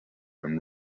and